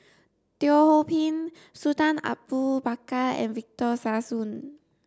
Teo Ho Pin Sultan Abu Bakar and Victor Sassoon